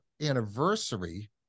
anniversary